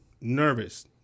nervous